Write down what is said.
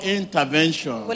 intervention